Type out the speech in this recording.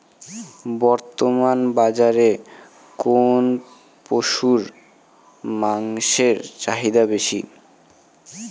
বর্তমান বাজারে কোন পশুর মাংসের চাহিদা বেশি?